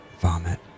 vomit